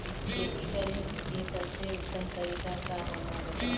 खेती करे के सबसे उत्तम तरीका का होला बताई?